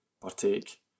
partake